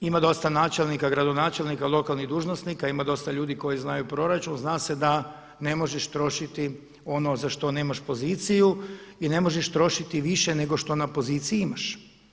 Ima dosta načelnika, gradonačelnika, lokalnih dužnosnika, ima dosta ljudi koji znaju proračun zna se da ne možeš trošiti ono za što nemaš poziciju i ne možeš trošiti više nego što na poziciji imaš.